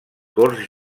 corts